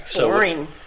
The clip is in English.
Boring